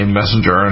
messenger